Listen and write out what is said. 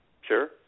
Sure